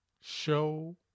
show